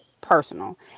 personal